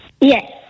Yes